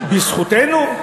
בזכותנו?